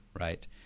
right